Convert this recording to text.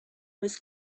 was